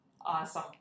Awesome